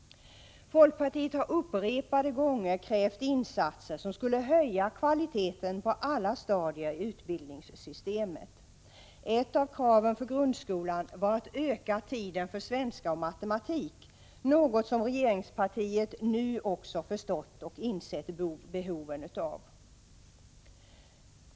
Folkpartiet har upprepade gånger krävt insatser som skulle höja kvaliteten på alla stadier i utbildningssystemet. Ett av kraven för grundskolan var att öka tiden för svenska och matematik, något som regeringspartiet nu också insett behoven av.